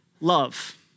Love